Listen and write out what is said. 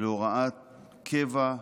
להוראת קבע,